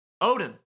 Odin